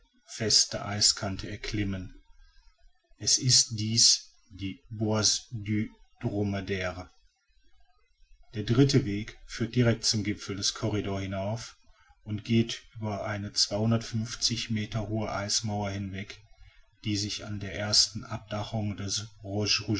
feste eiskante erklimmen es ist dies die bosse du dromadaire der dritte weg führt direct zum gipfel des corridor hinauf und geht über eine meter hohe eismauer hinweg die sich an der ersten abdachung der